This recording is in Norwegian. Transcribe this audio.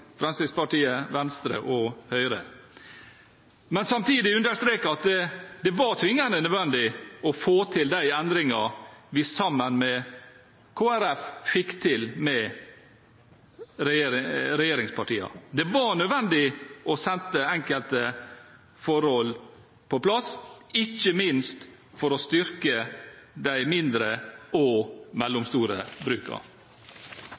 Fremskrittspartiet, Kristelig Folkeparti og Venstre, men samtidig understreke at det var tvingende nødvendig å få til de endringene vi sammen med Kristelig Folkeparti fikk til med regjeringspartiene. Det var nødvendig å sette enkelte forhold på plass, ikke minst for å styrke de mindre og